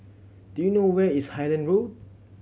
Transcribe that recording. do you know where is Highland Road